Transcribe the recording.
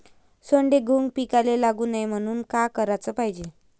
सोंडे, घुंग पिकाले लागू नये म्हनून का कराच पायजे?